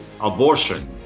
Abortion